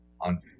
on